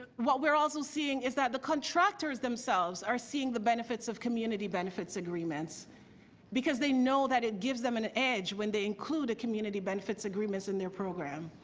what we're also seeing is that the contractors themselves are seeing the benefits of the community benefits agreements because they know that it gives them an edge when they include a community benefits agreements in their program.